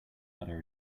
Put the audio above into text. butter